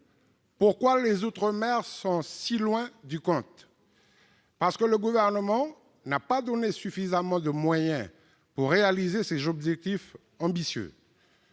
Pourquoi les outre-mer sont-ils si loin du compte ? Parce que le Gouvernement n'a pas donné suffisamment de moyens pour atteindre ces objectifs ambitieux.